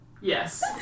Yes